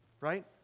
right